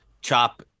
chop